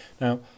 Now